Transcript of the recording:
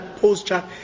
posture